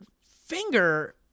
finger